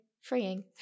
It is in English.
freeing